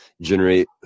generate